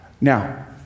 Now